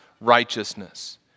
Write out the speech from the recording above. righteousness